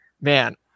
man